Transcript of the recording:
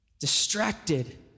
Distracted